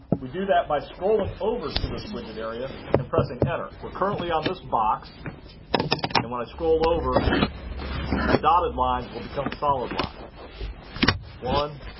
we do that by scrolling over to this widget area and pressing enter. we're currently on this box and when i scroll over the dotted lines will become solid lines one,